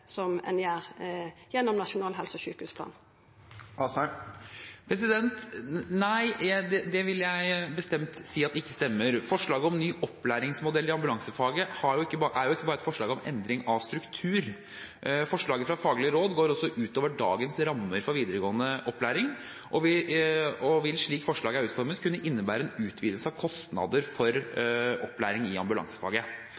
som ein gjer gjennom Nasjonal helse- og sjukehusplan? Nei, det vil jeg bestemt si at ikke stemmer. Forslaget om nye opplæringsmodeller i ambulansefaget er ikke bare et forslag om endring av struktur. Forslaget fra Faglig råd for helse- og oppvekstfag går også utover dagens rammer for videregående opplæring og vil, slik forslaget er utformet, kunne innebære en utvidelse av kostnader